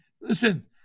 Listen